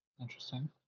Interesting